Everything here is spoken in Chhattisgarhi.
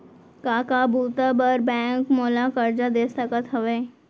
का का बुता बर बैंक मोला करजा दे सकत हवे?